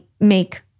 make